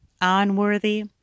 unworthy